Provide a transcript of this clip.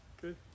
Good